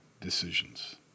decisions